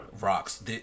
Rocks